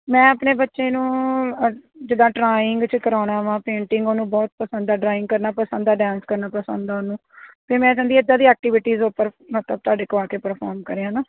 ਮੈਂ ਆਪਣੇ ਬੱਚੇ ਨੂੰ ਜਿੱਦਾਂ ਡਰਾਇੰਗ 'ਚ ਕਰੋਣਾ ਵਾ ਪੇਂਟਿੰਗ ਉਹਨੂੰ ਬਹੁਤ ਪਸੰਦ ਐ ਡਰਾਇੰਗ ਕਰਨਾ ਪਸੰਦ ਐ ਡਾਂਸ ਕਰਨਾ ਪਸੰਦ ਐ ਉਹਨੂੰ ਤੇ ਮੈਂ ਚਾਹੰਦੀ ਇੱਦਾਂ ਦੀ ਐਕਟਿਵਿਟੀਜ ਉਹ ਮਤਲਬ ਤੁਹਾਡੇ ਕੋਲ ਆ ਕੇ ਪਰਫੋਮ ਕਰੇ ਹਨਾ